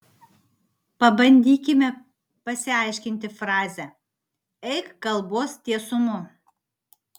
pabandykime pasiaiškinti frazę eik kalbos tiesumu